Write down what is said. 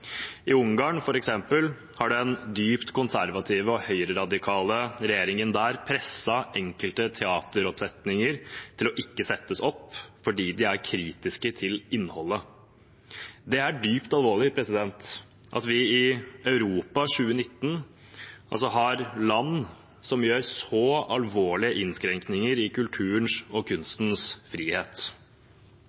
I Ungarn, f.eks., har den dypt konservative og høyreradikale regjeringen presset gjennom at enkelte teateroppsetninger ikke skal settes opp, fordi den er kritisk til innholdet. Det er dypt alvorlig at vi i Europa i 2019 har land som gjør så alvorlige innskrenkninger i kulturens og kunstens frihet.